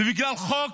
ובגלל חוק